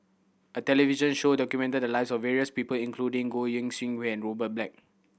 a television show documented the lives of various people including Goi Seng Hui and Robert Black